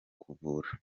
kuvura